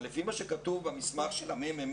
לפי מה שכתוב במסמך של מרכז המחקר והמידע,